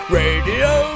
radio